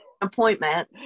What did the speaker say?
appointment